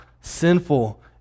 sinful